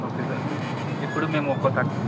okay sir ఇప్పుడు మేము ఒక థ